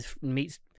meets